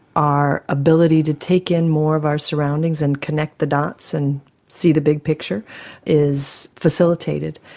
our ability to take in more of our surroundings and connect the dots and see the big picture is facilitated,